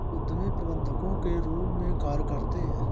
उद्यमी प्रबंधकों के रूप में कार्य करते हैं